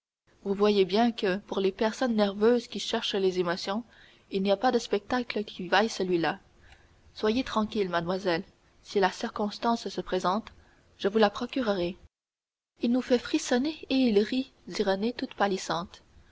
vous voyez bien que pour les personnes nerveuses qui cherchent les émotions il n'y a pas de spectacle qui vaille celui-là soyez tranquille mademoiselle si la circonstance se présente je vous le procurerai il nous fait frissonner et il rit dit renée toute